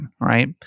right